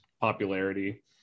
popularity